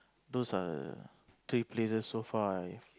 those are three places so far I